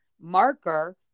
marker